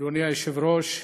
היושב-ראש,